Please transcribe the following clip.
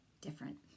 different